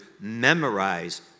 memorize